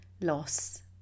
loss